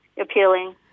appealing